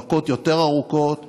מכות יותר ארוכות,